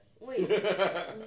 Wait